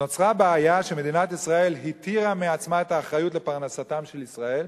נוצרה בעיה שמדינת ישראל התירה מעצמה את האחריות לפרנסתם של ישראל,